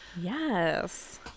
Yes